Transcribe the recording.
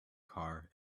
car